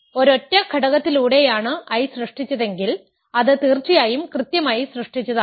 ഒരൊറ്റ ഘടകത്തിലൂടെയാണ് I സൃഷ്ടിച്ചതെങ്കിൽ അത് തീർച്ചയായും കൃത്യമായി സൃഷ്ടിച്ചതാണ്